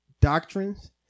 doctrines